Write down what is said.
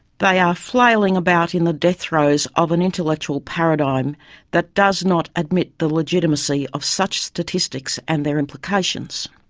they are flailing about in the death throes of an intellectual paradigm that does not admit the legitimacy of such statistics and their implications.